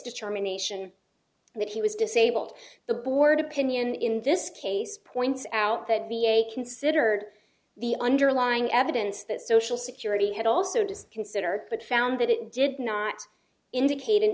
determination that he was disabled the board opinion in this case points out that the a considered the underlying evidence that social security had also just considered but found that it did not indicate an